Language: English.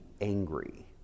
angry